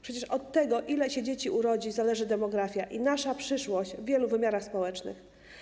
Przecież od tego, ile się dzieci urodzi, zależy demografia i nasza przyszłość w wielu wymiarach społecznych.